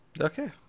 Okay